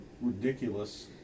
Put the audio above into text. ridiculous